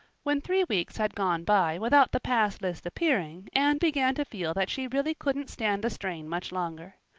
when three weeks had gone by without the pass list appearing anne began to feel that she really couldn't stand the strain much longer.